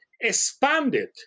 expanded